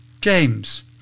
James